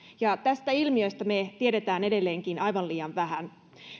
tästä ilmiöstä me tiedämme edelleenkin aivan liian vähän